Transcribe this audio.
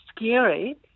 scary